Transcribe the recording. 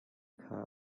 kha